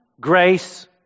grace